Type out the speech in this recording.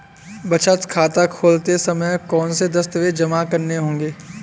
बचत खाता खोलते समय कौनसे दस्तावेज़ जमा करने होंगे?